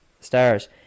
stars